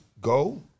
go